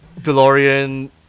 DeLorean